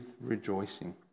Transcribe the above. rejoicing